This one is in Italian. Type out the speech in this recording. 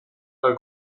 dal